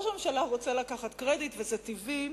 ראש הממשלה רוצה לקחת קרדיט, וזה טבעי,